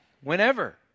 whenever